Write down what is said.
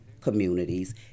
communities